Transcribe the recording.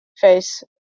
face